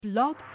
Blog